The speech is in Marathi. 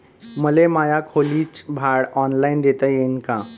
मले माया खोलीच भाड ऑनलाईन देता येईन का?